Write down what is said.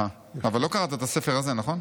אבל לא קראת את הספר הזה, נכון?